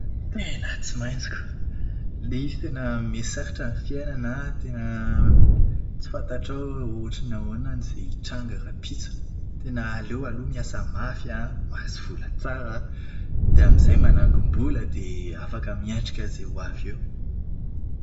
Tena tsy maintsy koa! Ilay izy tena mihasarotra ny fiainana an, tsy fantatrao ohatran'ny ahoana izay hitranga rahampitso. Tena aleo miasa mafy an, mahazo vola tsara an, dia amin'izay managom-bola dia afaka miatrika izay ho avy eo.